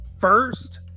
first